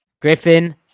Griffin